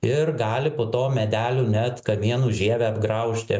ir gali po to medelių net kamienų žievę apgraužti